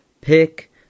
pick